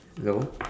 no